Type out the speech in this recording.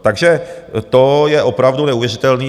Takže to je opravdu neuvěřitelný.